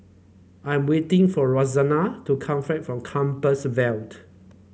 I'm waiting for Rosanne to come fan from Compassvale